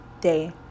day